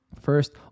First